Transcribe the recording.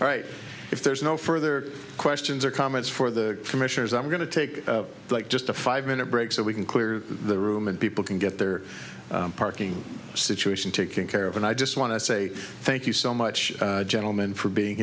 right if there's no further questions or comments for the commissioners i'm going to take like just a five minute break so we can clear the room and people can get their parking situation taken care of and i just want to say thank you so much gentlemen for being